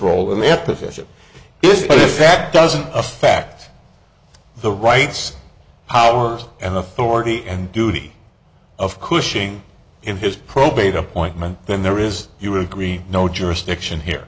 role in the opposition this fact doesn't affect the rights hours and authority and duty of cushing in his probate appointment then there is you agree no jurisdiction here